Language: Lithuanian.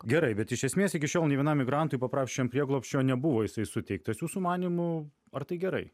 gerai bet iš esmės iki šiol nė vienam migrantui paprašiusiam prieglobsčio nebuvo jisai suteiktas jūsų manymu ar tai gerai